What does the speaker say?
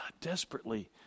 desperately